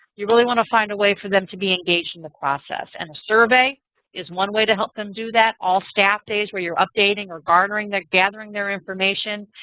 you really want to find a way for them to be engaged in the process. and a survey is one way to help them do that. all staff days where you're updating or garnering and gathering their information.